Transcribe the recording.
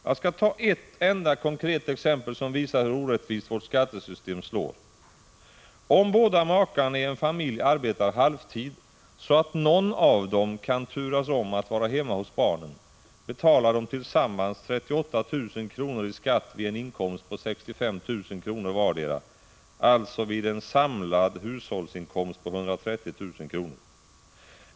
Jag skall ta ett enda konkret exempel som visar hur orättvist vårt skattesystem slår: Om båda makarna i en familj arbetar halvtid, så att de kan turas om att vara hemma hos barnen, betalar de tillsammans 38 000 kr. i skatt vid en inkomst på 65 000 kr. vardera — alltså vid en samlad hushållsinkomst på 130 000 kr.